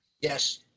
Yes